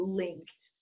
linked